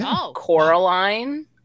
Coraline